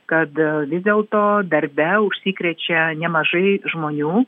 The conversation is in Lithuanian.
kad vis dėlto darbe užsikrečia nemažai žmonių